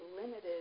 limited